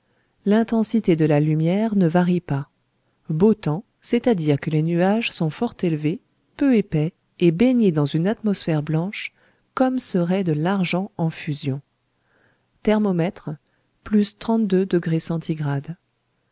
l'intensité de la lumière ne varie pas beau temps c'est-à-dire que les nuages sont fort élevés peu épais et baignés dans une atmosphère blanche comme serait de l'argent en fusion thermomètre centigr